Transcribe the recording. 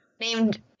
Named